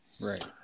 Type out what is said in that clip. Right